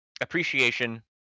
appreciation